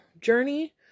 journey